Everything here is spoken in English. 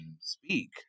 speak